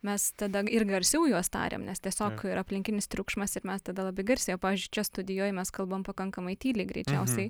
mes tada ir garsiau juos tariam nes tiesiog yra aplinkinis triukšmas ir mes tada labai garsiai o pavyzdžiui čia studijoj mes kalbam pakankamai tyliai greičiausiai